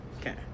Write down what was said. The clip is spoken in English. Okay